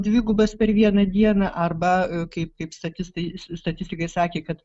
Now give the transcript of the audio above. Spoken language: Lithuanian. dvigubas per vieną dieną arba kaip kaip statistai statistikai sakė kad